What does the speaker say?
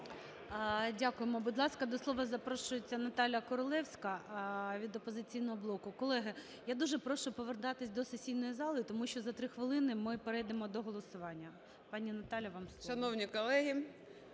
Дякуємо. Будь ласка, до слова запрошується Наталія Королевська від "Опозиційного блоку". Колеги, я дуже прошу повертатись до сесійної зали, тому що за 3 хвилини ми перейдемо до голосування. Пані Наталія, вам слово.